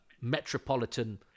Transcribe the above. metropolitan